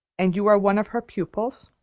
and you are one of her pupils?